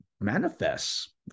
manifests